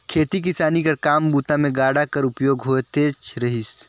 खेती किसानी कर काम बूता मे गाड़ा कर उपयोग होतेच रहिस